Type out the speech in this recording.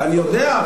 אני יודע,